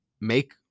make